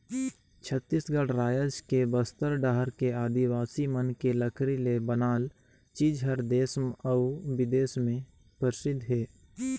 छत्तीसगढ़ रायज के बस्तर डहर के आदिवासी मन के लकरी ले बनाल चीज हर देस अउ बिदेस में परसिद्ध हे